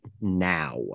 now